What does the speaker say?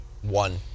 One